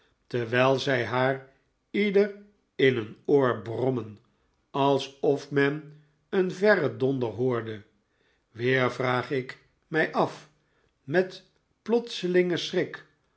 terwijl zij haar ieder in een oor brommen alsof men een verren donder hoorde weer vraag ik mij af met plotselingen schrik